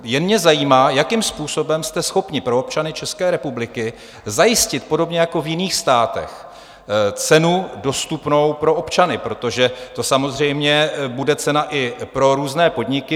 Jen mě zajímá, jakým způsobem jste schopni pro občany České republiky zajistit podobně jako v jiných státech cenu dostupnou pro občany, protože to samozřejmě bude cena i pro různé podniky.